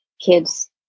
Kids